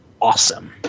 awesome